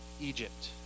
Egypt